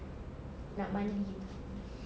nak mandi itu